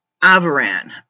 Avaran